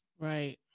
Right